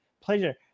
pleasure